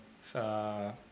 sa